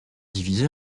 divisés